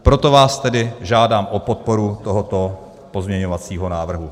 Proto vás tedy žádám o podporu tohoto pozměňovacího návrhu.